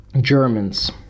Germans